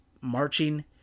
marching